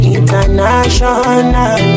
International